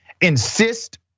Insist